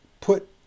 put